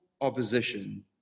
opposition